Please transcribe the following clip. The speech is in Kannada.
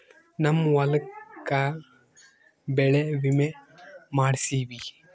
ನಮ್ ಹೊಲಕ ಬೆಳೆ ವಿಮೆ ಮಾಡ್ಸೇವಿ